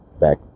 back